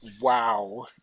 wow